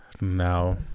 Now